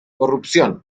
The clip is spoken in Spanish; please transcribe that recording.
corrupción